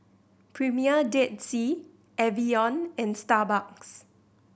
Premier Dead Sea Evian and Starbucks